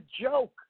joke